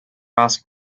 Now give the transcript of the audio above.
asked